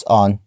on